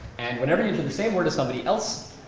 and whenever you get the same word as somebody else,